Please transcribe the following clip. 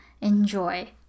enjoy